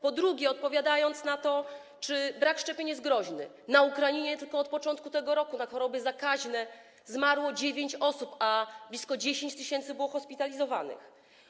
Po drugie, odpowiadając na to, czy brak szczepień jest groźny, powiem, że na Ukrainie tylko od początku tego roku na choroby zakaźne zmarło dziewięć osób, a blisko 10 tys. było hospitalizowanych.